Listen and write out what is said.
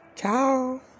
ciao